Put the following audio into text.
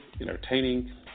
entertaining